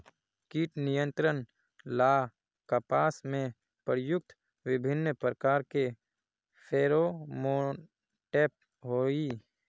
कीट नियंत्रण ला कपास में प्रयुक्त विभिन्न प्रकार के फेरोमोनटैप होई?